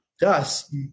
Thus